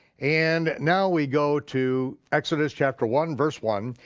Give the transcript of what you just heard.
and now we go to exodus chapter one, verse one.